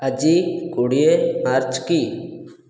ଆଜି କୋଡ଼ିଏ ମାର୍ଚ୍ଚ୍ କି